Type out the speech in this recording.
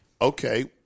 okay